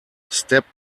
step